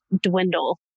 dwindle